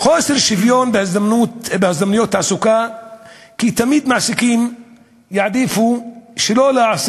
למגזר הערבי ניתן להבחין כי שיעור האוכלוסייה בעלת